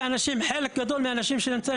חושבת